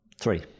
Three